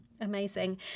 Amazing